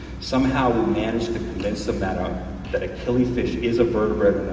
somehow we managed to condense some data that a killifish is a vertebrate